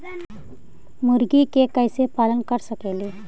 मुर्गि के कैसे पालन कर सकेली?